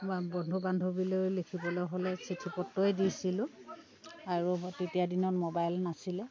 বন্ধু বান্ধৱীলৈ লিখিবলৈ হ'লে চিঠি পত্ৰই দিছিলোঁ আৰু তেতিয়া দিনত মবাইল নাছিলে